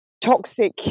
toxic